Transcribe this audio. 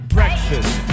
Breakfast